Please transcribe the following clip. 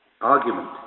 argument